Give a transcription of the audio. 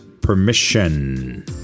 permission